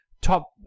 top